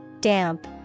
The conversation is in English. Damp